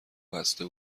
بسته